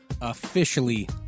Officially